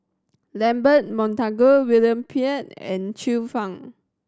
Lambert Montague William Pett and Xiu Fang